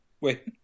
Wait